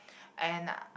and